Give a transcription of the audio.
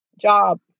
job